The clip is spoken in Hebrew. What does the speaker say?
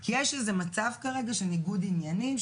כי יש איזה מצב כרגע של ניגוד עניינים,